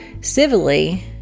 civilly